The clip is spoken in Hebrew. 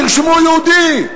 תרשמו "יהודי".